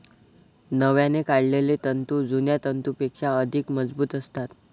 नव्याने काढलेले तंतू जुन्या तंतूंपेक्षा अधिक मजबूत असतात